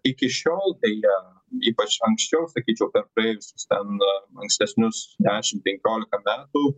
iki šiol beja ypač anksčiau sakyčiau per praėjusius ten ankstesnius dešimt penkiolika metų